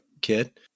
kid